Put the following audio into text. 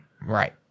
right